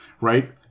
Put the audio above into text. right